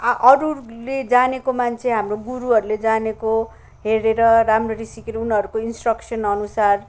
अरूले जानेको मान्छे हाम्रो गुरुहरूले जानेको हेरेर राम्ररी सिकेर उनीहरूको इन्सट्रकसन अनुसार